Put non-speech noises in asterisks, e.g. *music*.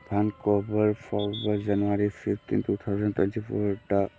*unintelligible* cover ꯐꯥꯎꯕ January fifteen two thousand twenty ꯐꯣꯔꯗ